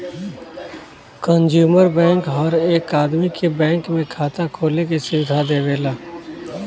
consumer bank हर एक आदमी के बैंक में खाता खोले के सुविधा देवेला